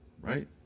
right